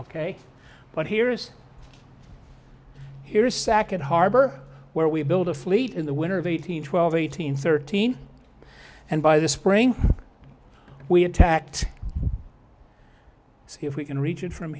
ok but here's here's sakit harbor where we build a fleet in the winter of eighteen twelve eighteen thirteen and by the spring we attacked if we can reach it from